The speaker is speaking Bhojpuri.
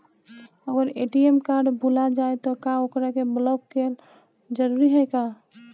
अगर ए.टी.एम कार्ड भूला जाए त का ओकरा के बलौक कैल जरूरी है का?